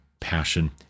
passion